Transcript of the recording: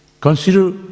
consider